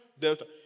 Delta